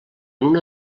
una